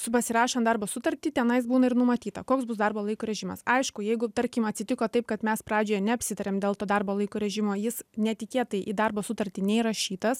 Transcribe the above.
su pasirašant darbo sutartį tenai būna ir numatyta koks bus darbo laiko režimas aišku jeigu tarkim atsitiko taip kad mes pradžioj neapsitarėm dėl to darbo laiko režimo jis netikėtai į darbo sutartį neįrašytas